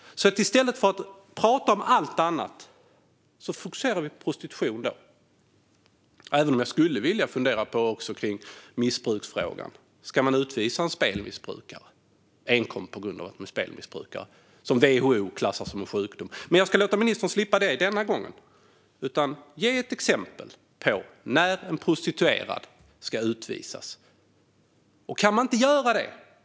I stället för att prata om allt annat fokuserar vi alltså nu på prostitution, även om jag skulle vilja fundera även på missbruksfrågan. Ska man utvisa spelmissbrukare enkom på grund av att de har ett spelmissbruk, som WHO klassar som en sjukdom? Men jag ska låta ministern slippa det denna gång. Ge ett exempel på när en prostituerad ska utvisas!